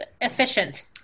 efficient